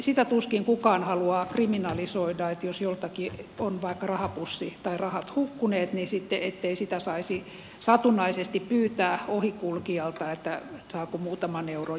sitä tuskin kukaan haluaa kriminalisoida jos joltakin on vaikka rahapussi tai rahat hukkuneet ettei sitä saisi satunnaisesti pyytää ohikulkijalta saako muutaman euron junalippuun rahaa